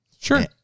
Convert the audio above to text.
Sure